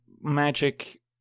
magic